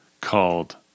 called